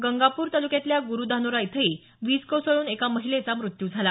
गंगापूर तालुक्यातल्या गुरुधानोरा इथंही वीज कोसळून एका महिलेचा मृत्यू झाला